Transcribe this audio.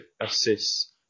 assists